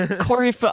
Corey